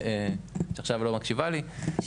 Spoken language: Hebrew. אבל היא לא עושה אותו חינם.